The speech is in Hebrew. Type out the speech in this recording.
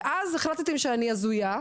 ואז החלטתם שאני הזויה,